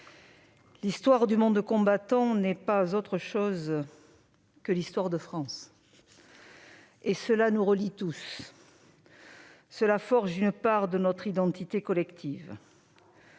l'histoire du monde combattant n'est pas autre chose que l'histoire de France. Cela nous relie tous et forge une part de notre identité collective.